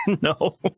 No